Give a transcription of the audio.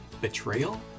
betrayal